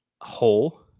hole